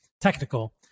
technical